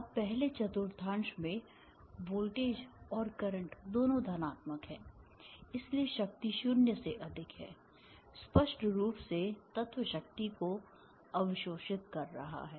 अब पहले चतुर्थांश में वोल्टेज और करंट दोनों धनात्मक हैं इसलिए शक्ति शून्य से अधिक है स्पष्ट रूप से तत्व शक्ति को अवशोषित कर रहा है